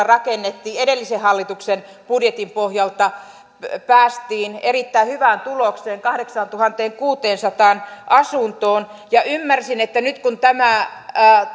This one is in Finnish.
rakennettiin edellisen hallituksen budjetin pohjalta päästiin erittäin hyvään tulokseen kahdeksaantuhanteenkuuteensataan asuntoon ja ymmärsin että nyt kun tämä